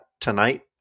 tonight